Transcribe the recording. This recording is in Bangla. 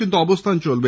কিন্তু অবস্থান চলবে